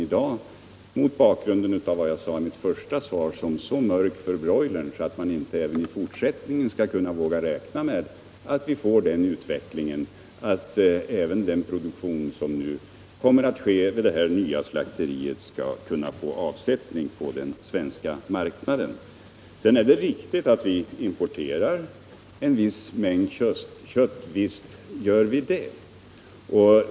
Jag ser mot bakgrund av vad jag sade i mitt första inlägg inte situationen i dag som så mörk för broilern, att man inte i fortsättningen skall våga räkna med en utveckling där man kan få avsättning på den svenska marknaden, även med produktionen vid det nya slakteriet. Det är riktigt att vi importerar en viss mängd kött.